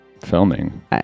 filming